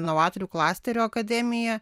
inovatorių klasterio akademija